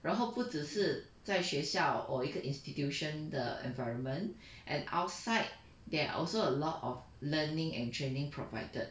然后不只是在学校 or 一个 institution the environment and outside there are also a lot of learning and training provided